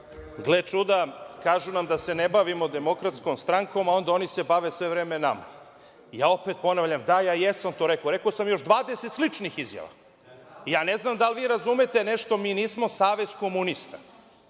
Gle čuda, kažu nam da se ne bavimo DS, a onda se oni bave sve vreme nama. Ja opet ponavljam, da, ja jesam to rekao. Rekao sam još 20 sličnih izjava. Ja ne znam da li vi razumete nešto. Mi nismo Savez komunista.